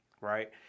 Right